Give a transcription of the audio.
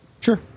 Sure